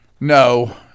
No